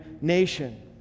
nation